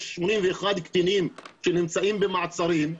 יש 81 קטינים שנמצאים במעצרים,